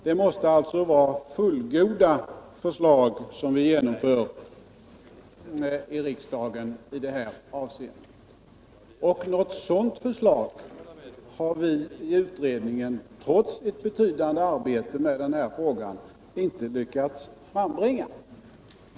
Det måste alltså vara fullgoda förslag som vi genomför i riksdagen i det här avseendet. Något sådant förslag har vi i utredningen, trots ett betydande arbete med frågan, inte lyckats frambringa.